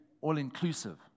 all-inclusive